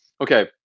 okay